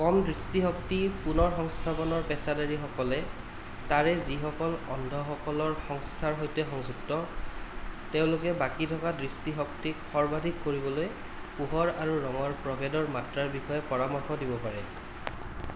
কম দৃষ্টিশক্তি পুনৰ সংস্থাপনৰ পেছাদাৰীসকলে তাৰে যিসকল অন্ধসকলৰ সংস্থাৰ সৈতে সংযুক্ত তেওঁলোকে বাকী থকা দৃষ্টিশক্তিক সৰ্বাধিক কৰিবলৈ পোহৰ আৰু ৰঙৰ প্ৰভেদৰ মাত্ৰাৰ বিষয়ে পৰামৰ্শ দিব পাৰে